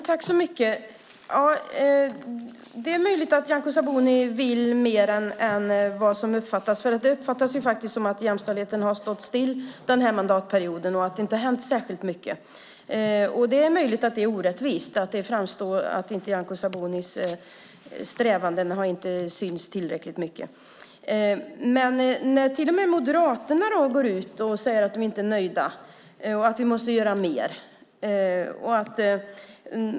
Fru talman! Det är möjligt att Nyamko Sabuni vill mer än vad det har uppfattats som. Det uppfattas faktiskt som att jämställdheten har stått still under mandatperioden och att det inte har hänt särskilt mycket. Det är möjligt att det är orättvist och att Nyamko Sabunis strävanden inte har synts tillräckligt mycket. Men nu går till och med Moderaterna ut och säger att de inte är riktigt nöjda och att vi måste göra mer.